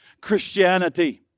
Christianity